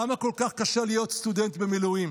למה כל כך קשה להיות סטודנט במילואים?